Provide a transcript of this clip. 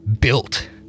built